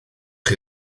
chi